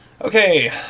Okay